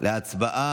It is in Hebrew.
אינה נוכחת,